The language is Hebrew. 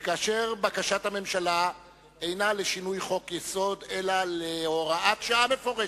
וכאשר בקשת הממשלה אינה לשינוי חוק-יסוד אלא להוראת שעה מפורשת,